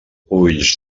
ulls